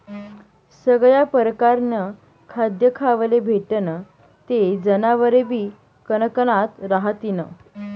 सगया परकारनं खाद्य खावाले भेटनं ते जनावरेबी कनकनात रहातीन